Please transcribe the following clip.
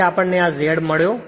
તેથી આપણ ને આ Z મળ્યો